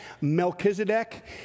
Melchizedek